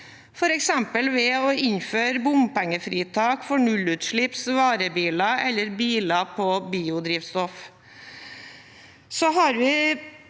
f.eks. ved å innføre bompengefritak for nullutslippsvarebiler eller biler på biodrivstoff.